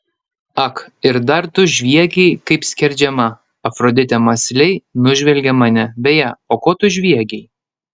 ak ir dar tu žviegei kaip skerdžiama afroditė mąsliai nužvelgė mane beje o ko tu žviegei